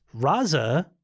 Raza